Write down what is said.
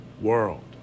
world